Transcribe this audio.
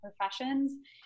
professions